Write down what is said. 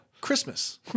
Christmas